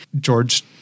George